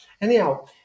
Anyhow